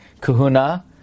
kahuna